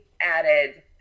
added